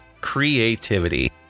Creativity